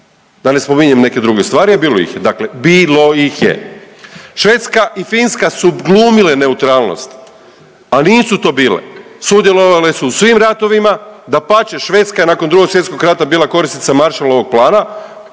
Da ne spominjem neke druge stvari, a bilo ih je, dakle bilo ih je. Švedska i Finska su glumile neutralnost, a nisu to bile. Sudjelovale su u svim ratovima, dapače, Švedska je nakon Drugog svjetskog rata bila korisnica Marshallovog plana,